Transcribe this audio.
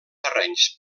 terrenys